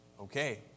Okay